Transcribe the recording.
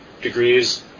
degrees